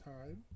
time